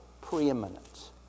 preeminence